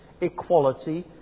equality